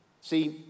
See